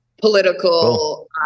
political